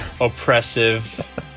oppressive